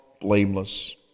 blameless